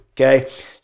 okay